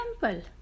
temple